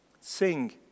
Sing